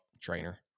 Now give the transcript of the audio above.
trainer